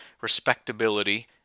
respectability